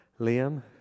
Liam